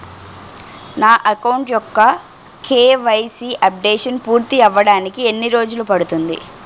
నా అకౌంట్ యెక్క KYC updation పూర్తి అవ్వడానికి ఎన్ని రోజులు పడుతుంది?